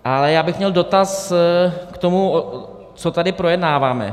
Ale já bych měl dotaz k tomu, co tady projednáváme.